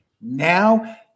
Now